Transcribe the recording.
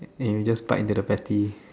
then you just bite into the patty